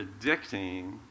predicting